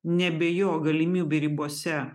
nebe jo galimybių ribose